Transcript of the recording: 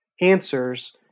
answers